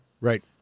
right